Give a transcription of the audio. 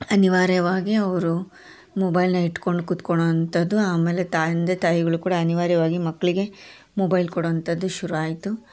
ಅನಿವಾರ್ಯವಾಗಿ ಅವರು ಮೊಬೈಲನ್ನ ಇಟ್ಟುಕೊಂಡು ಕುತ್ಕೊಳೋ ಅಂಥದ್ದು ಆಮೇಲೆ ತಂದೆ ತಾಯಿಗಳು ಕೂಡ ಅನಿವಾರ್ಯವಾಗಿ ಮಕ್ಕಳಿಗೆ ಮೊಬೈಲ್ ಕೊಡುವಂಥದ್ದು ಶುರು ಆಯಿತು